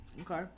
Okay